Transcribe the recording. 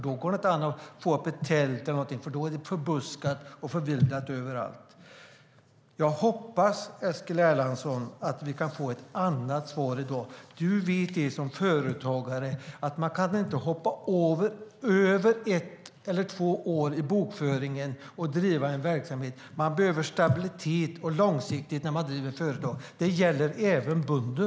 Då kan man inte längre slå upp tält eller liknande, för då är det förbuskat och förvildat överallt. Jag hoppas, Eskil Erlandsson, att vi kan få ett annat svar i dag. Du vet som företagare att man inte kan hoppa över ett eller två år i bokföringen och driva en verksamhet. Man behöver stabilitet och långsiktighet när man driver företag. Det gäller även bönder.